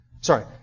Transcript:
Sorry